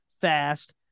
fast